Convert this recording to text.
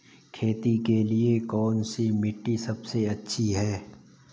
खेती के लिए कौन सी मिट्टी सबसे अच्छी है?